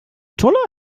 toller